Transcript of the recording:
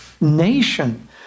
nation